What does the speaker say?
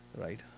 right